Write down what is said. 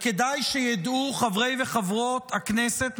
וכדאי שידעו חברי וחברות הכנסת,